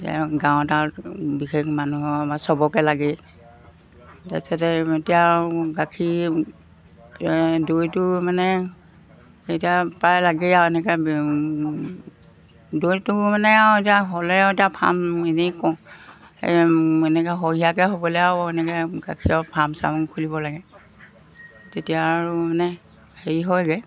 গাঁৱত আৰু বিশেষ মানুহৰ আমাৰ চবকে লাগেই তাৰপিছতে এতিয়া আৰু গাখীৰ দৈটো মানে এতিয়া প্ৰায় লাগেই আৰু এনেকৈ দৈটো মানে আৰু এতিয়া হ'লেও এতিয়া ফাৰ্ম এনেই কওঁ এনেকৈ সৰহীয়াকৈ হ'বলৈ আৰু এনেকৈ গাখীৰৰ ফাৰ্ম চাৰ্ম খুলিব লাগে তেতিয়া আৰু মানে হেৰি হয়গৈ